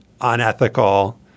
unethical